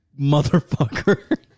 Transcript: motherfucker